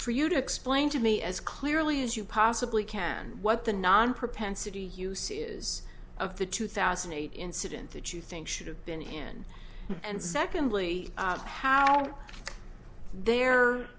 for you to explain to me as clearly as you possibly can what the non propensity use is of the two thousand and eight incident that you think should have been in hand and secondly how their